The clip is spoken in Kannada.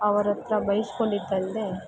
ಅವರಹತ್ರ ಬೈಸಿಕೊಂಡಿದ್ದಲ್ದೇ